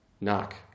knock